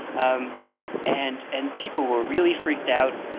um and and people were really freaked out.